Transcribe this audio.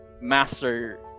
master